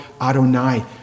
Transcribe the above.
Adonai